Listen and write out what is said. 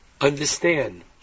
understand